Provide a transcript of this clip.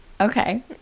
Okay